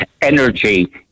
energy